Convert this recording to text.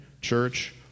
church